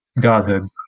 godhood